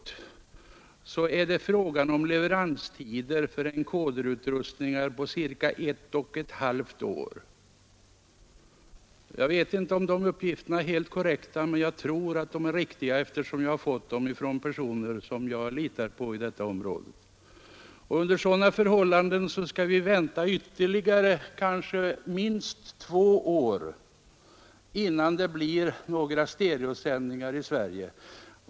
Efter vad jag förstått är det fråga om leveranstider för encoderutrustningar på cirka ett och ett halvt år. Jag vet inte om uppgiften är helt korrekt, men det tror jag att den är, eftersom jag har fått den av en person som jag litar på i dessa stycken. Och under sådana förhållanden skall vi alltså vänta ytterligare minst två år innan vi får några stereosändningar här i Sverige.